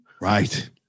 Right